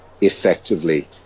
effectively